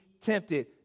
tempted